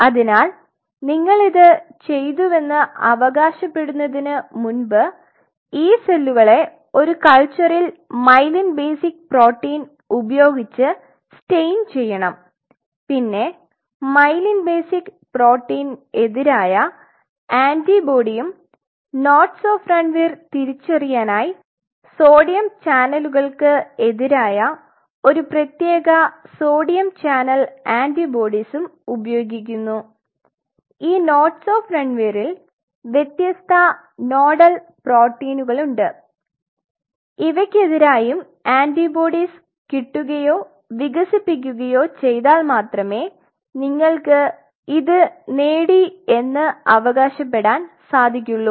അതിനാൽ നിങ്ങൾ ഇത് ചെയ്തുവെന്ന് അവകാശപ്പെടുന്നതിന് മുമ്പ് ഈ സെല്ലുകളെ ഒരു കൽച്ചറിൽ മൈലിൻ ബേസിക് പ്രോട്ടീൻ ഉപയോഗിച്ച് സ്റ്റൈൻ ചെയണം പിന്നെ മൈലിൻ ബേസിക് പ്രോട്ടീന് എതിരായ ആന്റിബോഡിയും നോട്സ് ഓഫ് രൺവീർ തിരിച്ചറിയാനായി സോഡിയം ചാനലുകൾക് എതിരായ ഒരു പ്രേത്യേക സോഡിയം ചാനൽ ആന്റിബോഡീസ് ഉപയോഗിക്കുന്നു ഈ നോഡസ് ഓഫ് രൺവീറിൽ വ്യത്യസ്ത നോഡൽ പ്രോടീനുകളുണ്ട് ഇവക്കെതിരായും ആന്റിബോഡീസ് കിട്ടുകയോ വികസിപ്പിക്കുകയോ ചെയ്താൽ മാത്രമേ നിങ്ങൾക് ഇത് നേടി എന്ന് അവകാശപ്പെടാൻ സാദിക്കുള്ളു